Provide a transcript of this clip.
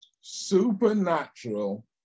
supernatural